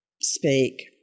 speak